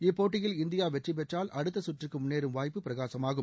இப்போட்டியில் இந்தியா வெற்றி பெற்றால் அடுத்த சுற்றுக்கு முன்னேறும் வாய்ப்பு பிரகாசமாகும்